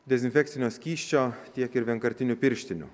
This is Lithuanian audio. dezinfekcinio skysčio tiek ir vienkartinių pirštinių